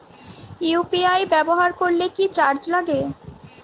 UPI ব্যবহার করলে কি চার্জ লাগে?